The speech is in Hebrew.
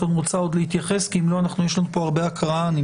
הון רוצה להתייחס כי יש לנו הרבה הקראה.